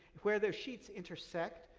where there's sheets intersect,